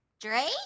Dre